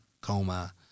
coma